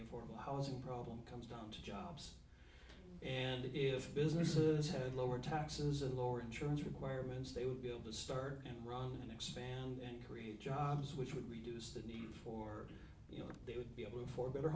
informal housing problem comes down to jobs and if businesses had lower taxes and lower insurance requirements they would be able to start and run and expand and create jobs which would reduce the need for you know they would be able for better